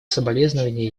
соболезнования